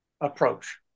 approach